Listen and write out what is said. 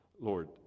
Lord